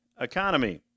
economy